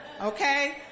Okay